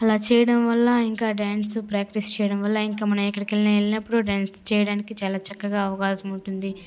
అలా చేయడం వల్ల ఇంకా డ్యాన్స్ ప్రాక్టీస్ చేయడం వల్ల ఇంకా మనం ఎక్కడికైనా వెళ్ళినప్పుడు డ్యాన్స్ చేయడానికి చాలా చక్కగా అవకాశం ఉంటుంది